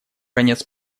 конец